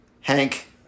Hank